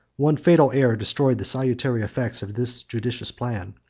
one fatal error destroyed the salutary effects of this judicious plan.